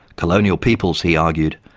colonial peoples, he argued,